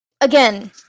Again